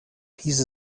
peace